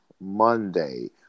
Monday